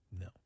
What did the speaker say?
no